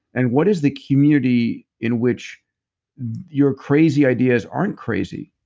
and what is the community in which your crazy ideas aren't crazy?